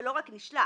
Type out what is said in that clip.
ולא רק נשלח.